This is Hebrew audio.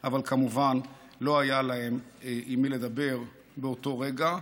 אבל, כמובן, לא היה להם עם מי לדבר באותו רגע,